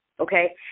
okay